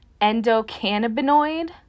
endocannabinoid